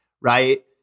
right